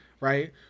right